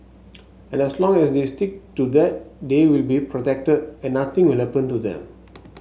and as long as they stick to that they will be protected and nothing will happen to them